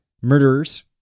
Murderers